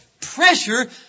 pressure